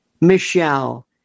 Michelle